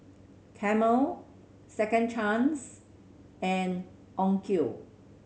Camel Second Chance and Onkyo